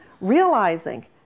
realizing